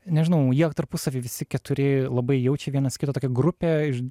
nežinau jie tarpusavy visi keturi labai jaučia vienas kitą tokia grupė iš